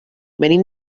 venim